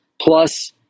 Plus